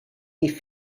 die